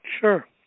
Sure